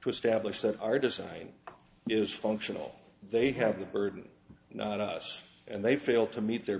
to establish that are decided is functional they have the burden not us and they fail to meet their